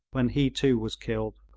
when he too was killed.